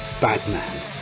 batman